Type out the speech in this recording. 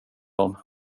dem